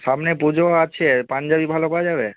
সামনে পুজো আছে পাঞ্জাবী ভালো পাওয়া যাবে